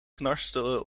knarste